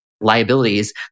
liabilities